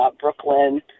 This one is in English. Brooklyn